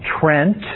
Trent